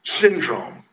syndrome